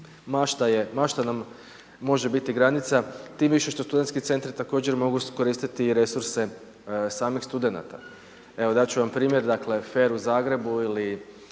dakle mašta nam može biti granica, tim više što studentski centri također mogu koristiti i resurse samih studenata. Evo dat ću vam primjer, dakle FER u Zagrebu ili